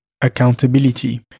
accountability